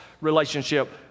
relationship